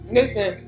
Listen